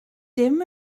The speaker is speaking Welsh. dim